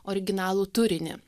originalų turinį